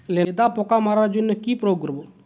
লেদা পোকা মারার জন্য কি প্রয়োগ করব?